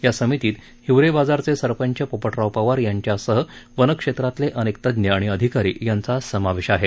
या समितीत हिवरे बाजारचे सरपंच पोपटराव पवार यांच्यासह वनक्षेत्रातले अनेक तज्ञ आणि अधिकारी यांचा समावेश आहे